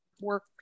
work